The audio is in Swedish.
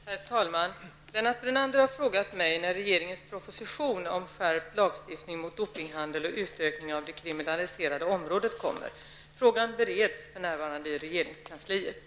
Herr talman! Lennart Brunander har frågat mig när regeringens proposition om skärpt lagstiftning mot dopinghandel och utökning av det kriminaliserade området kommer. Frågan bereds för närvarande i regeringskansliet.